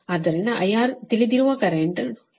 ಆದ್ದರಿಂದ IR ತಿಳಿದಿರುವ current 218